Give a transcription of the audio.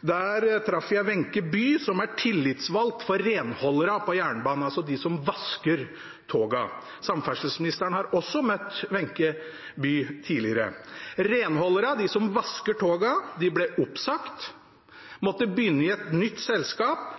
Der traff jeg Wenche Bye, som er tillitsvalgt for renholderne på jernbanen, altså de som vasker togene. Samferdselsministeren har møtt Wenche Bye tidligere. Renholderne, de som vasker togene, ble oppsagt og måtte begynne i et nytt selskap